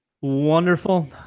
Wonderful